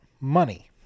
money